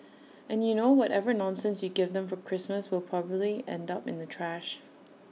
and you know whatever nonsense you give them for Christmas will probably end up in the trash